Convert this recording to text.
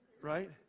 Right